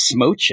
smooching